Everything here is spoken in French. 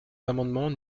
l’amendement